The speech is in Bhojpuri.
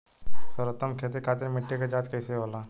सर्वोत्तम खेती खातिर मिट्टी के जाँच कइसे होला?